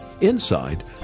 inside